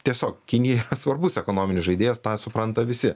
tiesiog kinija svarbus ekonominis žaidėjas tą supranta visi